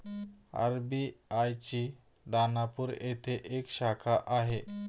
RBI ची दानापूर येथे एक शाखा आहे